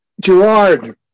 Gerard